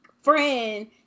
friend